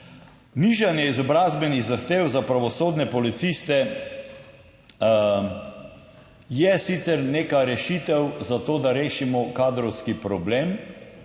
Nižanje izobrazbenih zahtev za pravosodne policiste je sicer neka rešitev za to, da rešimo kadrovski problem,